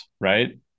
right